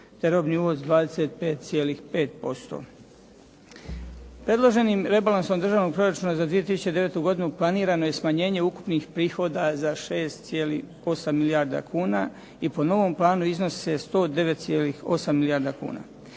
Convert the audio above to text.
te robni uvoz 25,5%. Predloženim rebalansom Državnog proračuna za 2009. godinu planirano je smanjenje ukupnih prihoda za 6,8 milijarda kuna i po novom planu iznose 109,8 milijarda kuna.